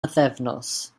bythefnos